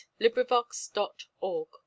Librivox.org